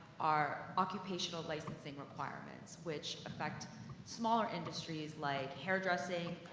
are occupational licensing requirements, which affect smaller industries, like hairdressing,